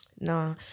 No